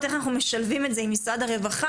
איך אנחנו משלבים את זה עם משרד הרווחה,